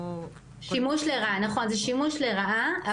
שימוש לרעה, נכוו, זה שימוש לרעה.